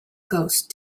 ghost